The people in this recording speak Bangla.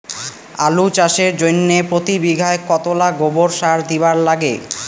আলু চাষের জইন্যে প্রতি বিঘায় কতোলা গোবর সার দিবার লাগে?